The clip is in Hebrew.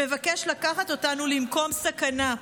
שמבקש לקחת אותנו למקום סכנה.